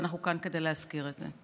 ואנחנו כאן כדי להזכיר את זה.